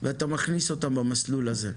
ואתה מכניס אותם במסלול הזה.